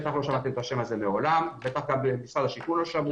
בטח לא שמעתם את השם הזה מעולם ובטח גם במשרד השיכון לא שמעו.